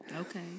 Okay